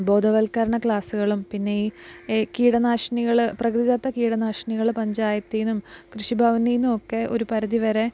ബോധവൽക്കരണ ക്ലാസ്സുകളും പിന്നെ ഈ എ കീടനാശ്നികള് പ്രകൃത ദത്ത കീടനാശിനികള് പഞ്ചായത്തീന്നും കൃഷി ഭവനീന്നും ഒക്കെ ഒരു പരിധിവരെ